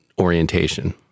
orientation